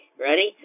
ready